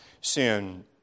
sin